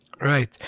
Right